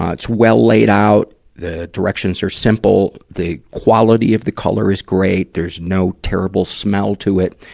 ah it's well laid out, the directions are simple, the quality of the color is great, there's no terrible smell to it.